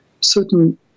certain